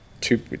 two